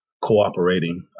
cooperating